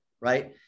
right